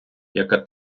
яка